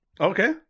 Okay